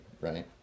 right